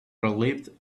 relieved